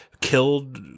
killed